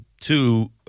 Two